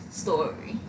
story